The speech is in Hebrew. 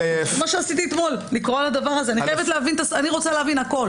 אני רוצה להבין הכול